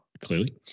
clearly